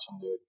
dude